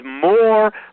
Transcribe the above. more